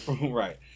Right